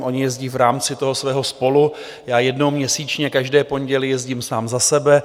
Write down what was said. Oni jezdí v rámci toho svého SPOLU, já jednou měsíčně, každé pondělí, jezdím sám za sebe.